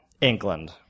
England